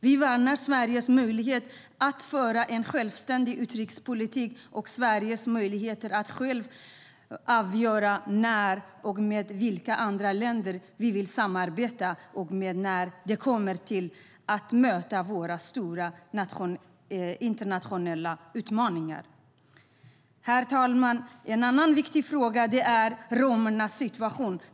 Vi värnar Sveriges möjligheter att föra en självständig utrikespolitik och Sveriges möjligheter att självt avgöra när och med vilka andra länder vi vill samarbeta när det kommer till att möta våra stora internationella utmaningar. Herr talman! En annan viktig fråga gäller romernas situation.